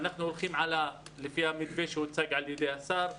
אנחנו הולכים לפי המתווה שהוצג על ידי השר,